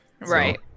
Right